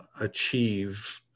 achieve